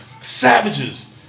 savages